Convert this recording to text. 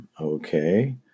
Okay